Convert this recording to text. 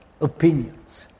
opinions